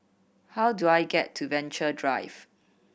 how do I get to Venture Drive